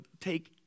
take